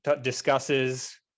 discusses